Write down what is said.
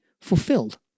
fulfilled